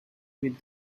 with